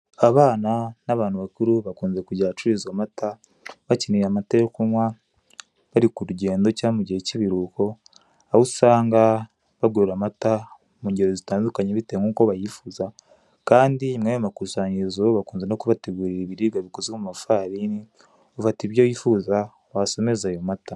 Abana n'abantu bakuru bakunze kugira terezimata bakeneye amata yo kunywa bari kurugendo cyangwa mu guhe k'ibiruhuko aho usanga bagura amata mu ngero zitandukanye bitewe n'uku bayifuza kandi muri ayo makusanyirizo bakunze no kubategurira ibiribwa bikoze mu mafarini agafata ibyo yifuza wasomeza aya mata.